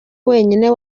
wenyine